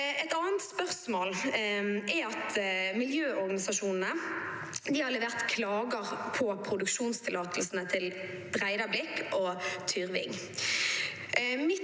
Et annet spørsmål går på at miljøorganisasjonene har levert klager på produksjonstillatelsene til Breidablikk og Tyrving.